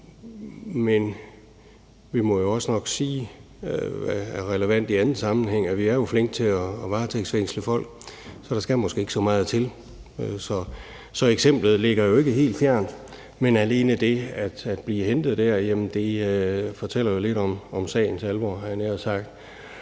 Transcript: Men vi må nok også sige – hvad der er relevant i anden sammenhæng – at vi jo er flinke til at varetægtsfængsle folk, så der skal måske ikke så meget til. Så eksemplet ligger ikke helt fjernt, men alene det at blive hentet fortæller jo lidt om sagens alvor, havde jeg nær sagt,